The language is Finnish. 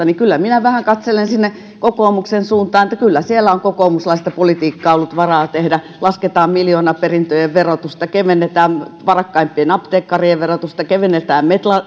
niin kyllä minä vähän katselen sinne kokoomuksen suuntaan kyllä siellä on kokoomuslaista politiikkaa ollut varaa tehdä lasketaan miljoonaperintöjen verotusta kevennetään varakkaimpien apteekkarien verotusta kevennetään